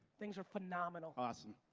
things are phenomenal. awesome.